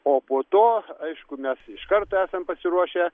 o po to aišku mes iš karto esam pasiruošę